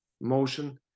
motion